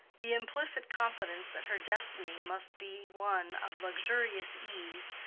the implicit confidence that her destiny must be one of luxurious ease,